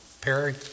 Perry